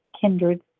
kindred